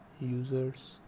Users